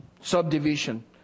subdivision